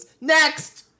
Next